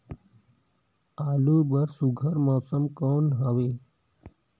आलू बर सुघ्घर मौसम कौन हवे?